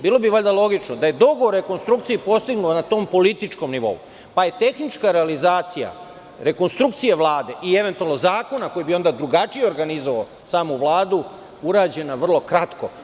Bilo bi valjda logično da je dogovor o rekonstrukciji postignut na tom političkom nivou, pa je tehnička realizacija rekonstrukcije Vlade i eventualno zakona koji bi onda drugačije organizovao samu Vladu, urađen vrlo kratko.